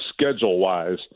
schedule-wise